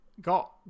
got